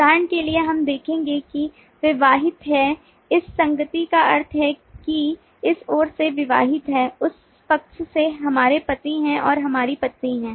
उदाहरण के लिए हम देखेंगे कि विवाहित है इस संगति का अर्थ है कि इस ओर से विवाहित है इस पक्ष में हमारे पति हैं और हमारी पत्नी है